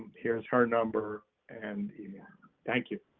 here's her number, and thank you.